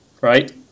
right